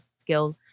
skill